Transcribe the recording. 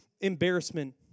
embarrassment